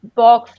box